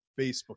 Facebook